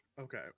Okay